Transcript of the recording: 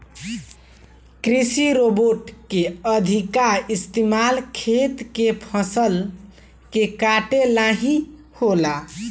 कृषि रोबोट के अधिका इस्तमाल खेत से फसल के काटे ला ही होला